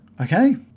Okay